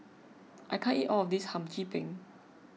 I can't eat all of this Hum Chim Peng